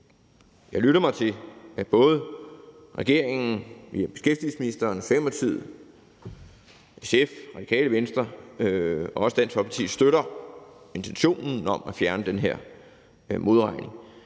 jeg lytter mig til, at både regeringen via beskæftigelsesministeren, Socialdemokratiet, SF, Radikale Venstre og Dansk Folkeparti støtter intentionen om at fjerne den her modregning.